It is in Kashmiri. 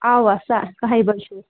اَوا سہ کَہہِ بَجہِ ہیوٗ